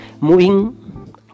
moving